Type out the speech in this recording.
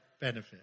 benefit